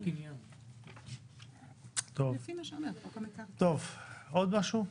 טוב, עוד משהו?